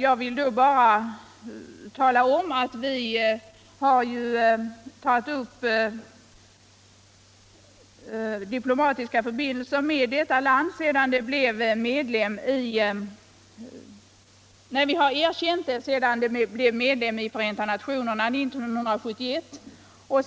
Jag vill då bara tala om att Sverige har erkänt detta land sedan det blev medlem av Förenta nationerna 1971 och